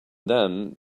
then